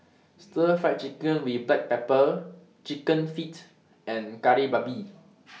Stir Fry Chicken with Black Pepper Chicken Feet and Kari Babi